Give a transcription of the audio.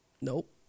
Nope